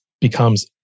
becomes